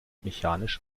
mechanisch